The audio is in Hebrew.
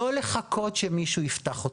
לא לחכות שמישהו יפתח אותה,